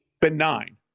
benign